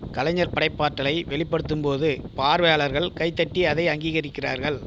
கலைஞர் படைப்பாற்றலை வெளிப்படுத்தும்போது பார்வையாளர்கள் கைதட்டி அதை அங்கீகரிக்கிறார்கள்